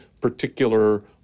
particular